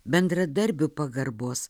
bendradarbių pagarbos